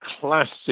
classic